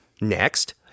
Next